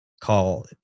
call